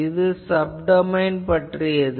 இது சப்டொமைன் பற்றியது